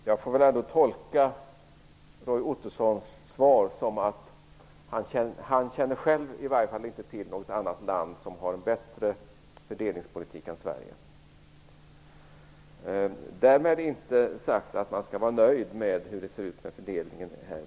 Herr talman! Jag får väl tolka Roy Ottossons tal som att han själv i varje fall inte känner till något annat land som har en bättre fördelningspolitik än Sverige. Därmed inte sagt att man skall vara nöjd med hur det ser ut med fördelningen.